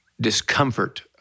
discomfort